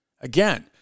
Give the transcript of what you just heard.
Again